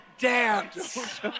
dance